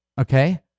Okay